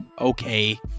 okay